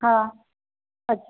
हा अच्